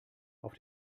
auf